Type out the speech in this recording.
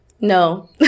no